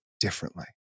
differently